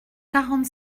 quarante